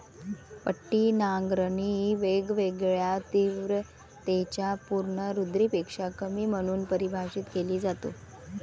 पट्टी नांगरणी वेगवेगळ्या तीव्रतेच्या पूर्ण रुंदीपेक्षा कमी म्हणून परिभाषित केली जाते